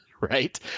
right